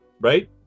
Right